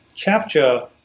capture